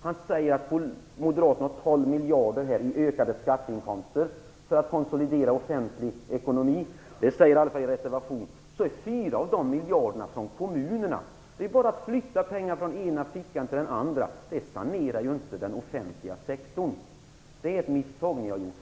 Han säger att moderaterna har förslag om 12 miljarder i ökade skatteinkomster när det gäller att konsolidera den offentliga ekonomin. Det står i alla fall i reservationen. 4 av dessa miljarder kommer från kommunerna. Man flyttar bara pengar från den ena fickan till den andra. På det sättet saneras ju inte den offentliga sektorn. Det är ett misstag som ni har gjort.